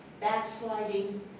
backsliding